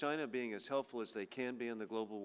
china being as helpful as they can be in the global